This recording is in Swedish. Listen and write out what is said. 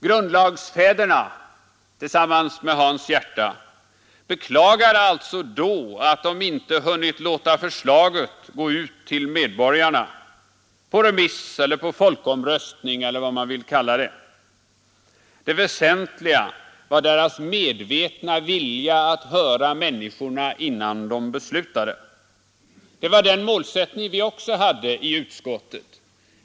Grundlagsfäderna och Hans Järta beklagade alltså den gången att de icke hunnit låta förslaget gå ut till medborgarna, på remiss eller på folkomröstning eller vad man vill kalla det. Det väsentliga var deras medvetna vilja att höra människorna innan de fattade beslut. Den målsättningen hade vi också i utskottet.